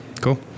Cool